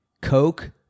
Coke